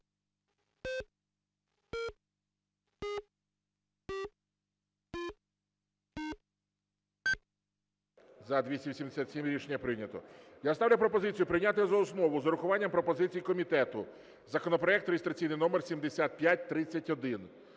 За-287 Рішення прийнято. Я ставлю пропозицію прийняти за основу з урахуванням пропозицій комітету законопроект (реєстраційний номер 7531).